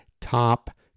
top